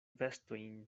vestojn